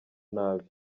nabi